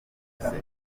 ryihuse